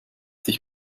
sich